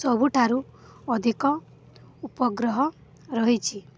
ସବୁଠାରୁ ଅଧିକ ଉପଗ୍ରହ ରହିଛି